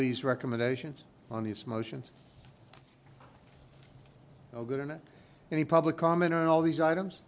these recommendations on these motions oh good or not any public comment on all these items